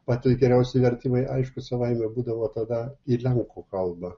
patys geriausi vertimai aišku savaime būdavo tada į lenkų kalbą